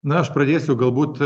na aš pradėsiu galbūt